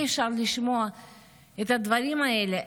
אי-אפשר לשמוע את הדברים האלה.